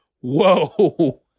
Whoa